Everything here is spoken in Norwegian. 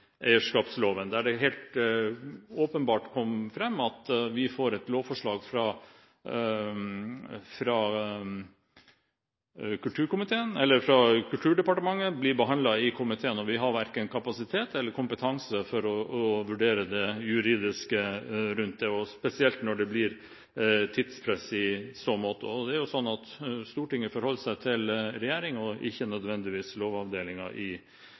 medieeierskapsloven, der det helt åpenbart kom fram at vi får et lovforslag fra Kulturdepartementet, behandlet i kulturkomiteen, og har verken kapasitet eller kompetanse til å vurdere det juridiske rundt det, og spesielt når det blir tidspress i så måte. Det er sånn at Stortinget forholder seg til regjeringen og ikke nødvendigvis til Lovavdelingen i